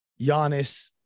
Giannis